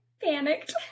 Panicked